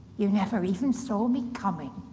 you never even saw me coming.